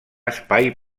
espai